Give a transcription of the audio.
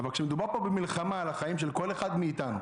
כשמדובר פה במלחמה על החיים של כל אחד מאתנו,